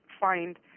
find